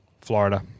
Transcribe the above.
Florida